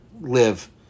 live